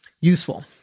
useful